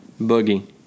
Boogie